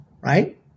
Right